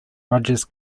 rogers